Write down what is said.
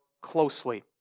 closely